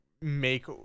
make